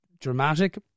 dramatic